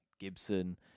Gibson